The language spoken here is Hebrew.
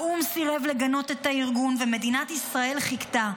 האו"ם סירב לגנות את הארגון, ומדינת ישראל חיכתה.